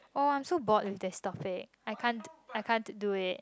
oh so bored is that topic I can't I can't do it